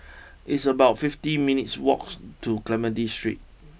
it's about fifty minutes' walks to Clementi Street